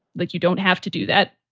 like you don't have to do that.